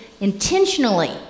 intentionally